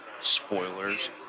Spoilers